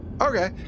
Okay